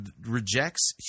rejects